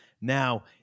Now